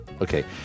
Okay